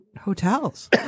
hotels